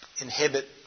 inhibit